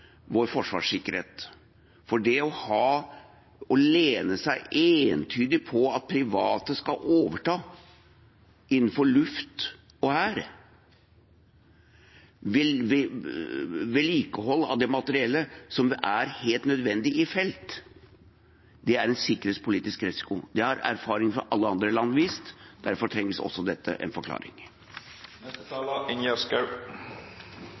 vår forsvarssikkerhet. For det å lene seg entydig på at private skal overta – innenfor luftvern og hær – vedlikehold av det materiellet som er helt nødvendig i felt, er en sikkerhetspolitisk risiko. Det har erfaring fra alle andre land vist, derfor trenger også dette en